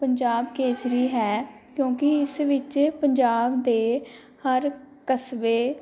ਪੰਜਾਬ ਕੇਸਰੀ ਹੈ ਕਿਉਂਕਿ ਇਸ ਵਿੱਚ ਪੰਜਾਬ ਦੇ ਹਰ ਕਸਬੇ